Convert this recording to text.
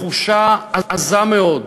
בתחושה עזה מאוד,